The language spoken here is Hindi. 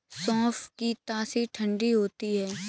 सौंफ की तासीर ठंडी होती है